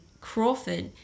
Crawford